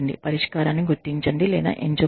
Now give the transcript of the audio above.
పరిష్కారాన్ని గుర్తించండి లేదా ఎంచుకోండి